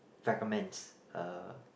recommends uh